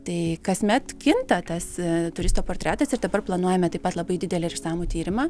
tai kasmet kinta tas turisto portretas ir dabar planuojame taip pat labai didelį ir išsamų tyrimą